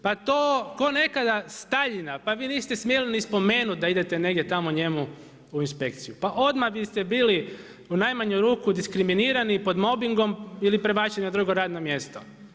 Pa to kao nekada Staljina, pa vi niste smjeli ni spomenuti da idete negdje tamo njemu u inspekciju, pa odmah biste bili u najmanju ruku diskriminirani i pod mobingom ili prebačeni na drugo radno mjesto.